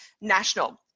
national